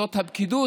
זאת הפקידות,